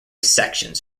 sections